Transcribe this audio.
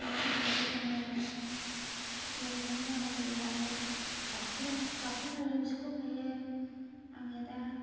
बेनि थाखायनो जोङो ज' मोजां गाज्रि रायलायलाय गाबख' गाबख' फायो बिख' फायो आङो दा